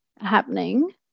happening